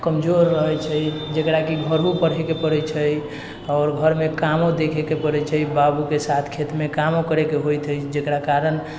कमजोर रहै छै जकराकि घरोपर रहैके पड़ै छै आओर घरमे कामो देखैके पड़ै छै बाबूके साथ खेतमे कामो करैके होइत हइ जकरा कारण